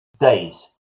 days